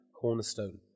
Cornerstone